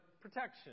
protection